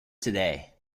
today